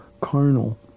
carnal